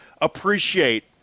appreciate